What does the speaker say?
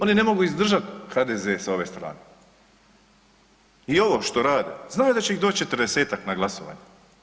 Oni su, oni ne mogu izdržati HDZ s ove strane i ovo što rade znaju da će ih doći 40-tak na glasovanje.